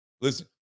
Listen